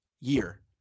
year